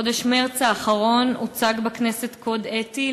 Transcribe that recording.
בחודש מרס האחרון הוצג בכנסת קוד אתי